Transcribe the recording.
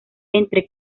entre